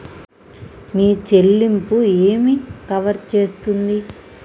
మీ చెల్లింపు ఏమి కవర్ చేస్తుంది?